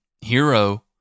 hero